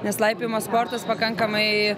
nes laipiojimo sportas pakankamai